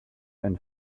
and